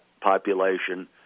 population